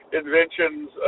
inventions